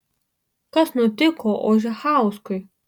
kas nutiko ožechauskui